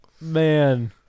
Man